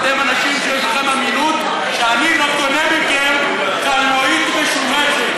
אתם אנשים שיש לכם אמינות שאני לא קונה מכם קלנועית משומשת,